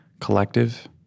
Collective